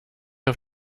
auf